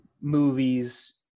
movies